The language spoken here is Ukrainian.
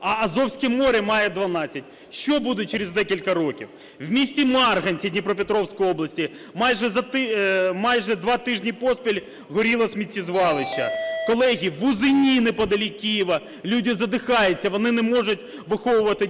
а Азовське море має 12. Що буде через декілька років? В місті Марганці Дніпропетровської області майже два тижні поспіль горіло сміттєзвалище. Колеги, в Узині, неподалік Києва, люди задихаються, вони не можуть виховувати дітей.